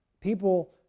people